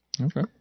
Okay